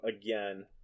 again